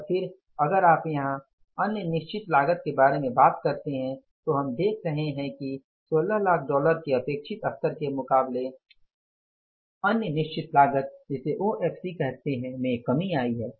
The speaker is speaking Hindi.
और फिर अगर आप यहां अन्य निश्चित लागत के बारे में बात करते हैं तो हम देख रहे हैं कि 160000 डॉलर के अपेक्षित स्तर के मुकाबले अन्य निश्चित लागत में कमी आई है